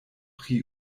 pri